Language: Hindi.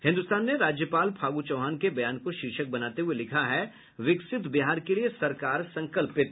हिन्दुस्तान ने राज्यपाल फागू चौहान के बयान को शीर्षक बनाते हये लिखा है विकसित बिहार के लिए सरकार संकल्पित